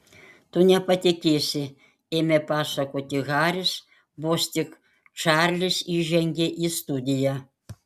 tu nepatikėsi ėmė pasakoti haris vos tik čarlis įžengė į studiją